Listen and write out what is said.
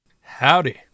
Howdy